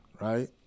right